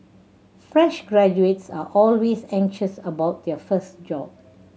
fresh graduates are always anxious about their first job